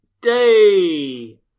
day